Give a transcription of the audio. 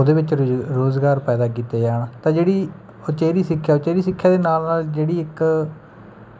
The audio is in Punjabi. ਉਹਦੇ ਵਿੱਚ ਰੁਜ ਰੋਜ਼ਗਾਰ ਪੈਦਾ ਕੀਤੇ ਜਾਣ ਤਾਂ ਜਿਹੜੀ ਉਚੇਰੀ ਸਿੱਖਿਆ ਉਚੇਰੀ ਸਿੱਖਿਆ ਦੇ ਨਾਲ ਨਾਲ ਜਿਹੜੀ ਇੱਕ